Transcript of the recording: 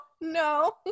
no